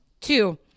Two